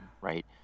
right